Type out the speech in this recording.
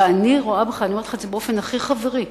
ואני רואה בך, ואני אומרת את זה באופן הכי חברי,